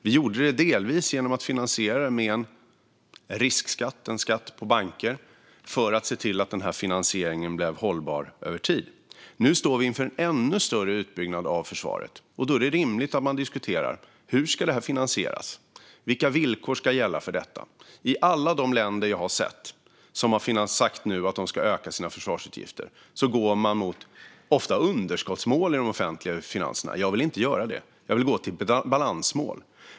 Vi gjorde det delvis genom att finansiera det med en riskskatt, en skatt på banker, för att se till att finansieringen blev hållbar över tid. Nu står vi inför en ännu större utbyggnad av försvaret. Då är det rimligt att man diskuterar: Hur ska det här finansieras? Vilka villkor ska gälla? I många länder där man sagt att man nu ska öka sina försvarsutgifter går man mot underskottsmål i de offentliga finanserna. Jag vill inte göra det. Jag vill gå mot ett balansmål.